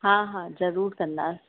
हा हा ज़रूरु कंदासीं